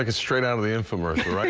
like straight out of the infomercial.